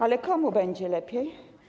Ale komu będzie lepiej?